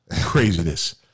craziness